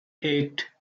eight